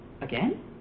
again